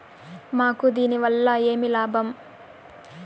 మాకు దీనివల్ల ఏమి లాభం